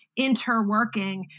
interworking